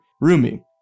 Rumi